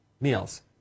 meals